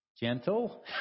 Gentle